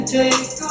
take